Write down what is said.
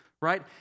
right